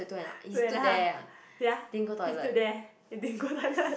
two and a half ya he stood there he didn't go toilet